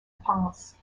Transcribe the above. panse